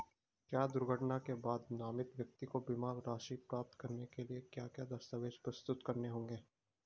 क्या दुर्घटना के बाद नामित व्यक्ति को बीमा राशि प्राप्त करने के लिए क्या क्या दस्तावेज़ प्रस्तुत करने होंगे?